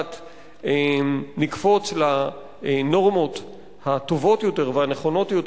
נקפוץ לנורמות הטובות יותר והנכונות יותר